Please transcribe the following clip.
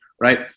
right